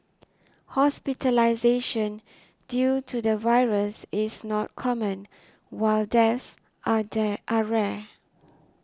hospitalisation due to the virus is not common while deaths are die are rare